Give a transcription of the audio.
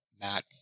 Matt